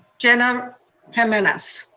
jena jimenez.